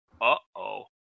Uh-oh